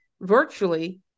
virtually